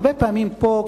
הרבה פעמים פה,